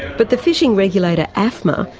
but the fishing regulator, afma,